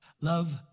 love